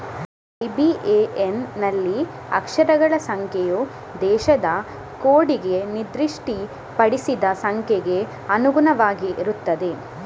IBAN ನಲ್ಲಿನ ಅಕ್ಷರಗಳ ಸಂಖ್ಯೆಯು ದೇಶದ ಕೋಡಿಗೆ ನಿರ್ದಿಷ್ಟಪಡಿಸಿದ ಸಂಖ್ಯೆಗೆ ಅನುಗುಣವಾಗಿರುತ್ತದೆ